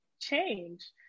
change